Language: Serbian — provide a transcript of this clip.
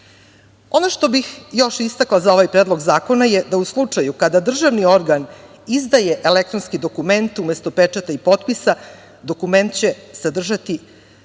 što bih još istakla za ovaj predlog zakona, je da u slučaju kada državni organ izdaje elektronski dokument, umesto pečata i potpisa, dokument će sadržati